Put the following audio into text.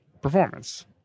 performance